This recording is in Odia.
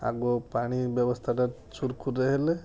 ଆଗ ପାଣି ବ୍ୟବସ୍ଥାଟା ସୁରୁଖୁରୁରେ ହେଲେ